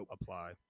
apply